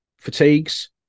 Fatigues